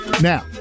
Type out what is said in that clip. Now